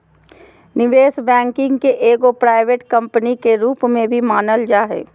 निवेश बैंकिंग के एगो प्राइवेट कम्पनी के रूप में भी मानल जा हय